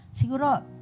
Siguro